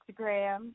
Instagram